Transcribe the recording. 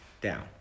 down